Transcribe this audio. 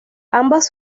ambas